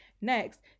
Next